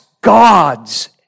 God's